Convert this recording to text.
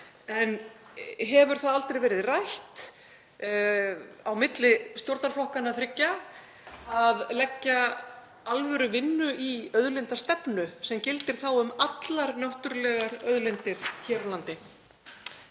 en hefur það aldrei verið rætt milli stjórnarflokkanna þriggja að leggja alvöruvinnu í auðlindastefnu sem gildir þá um allar náttúrulegar auðlindir hér á landi?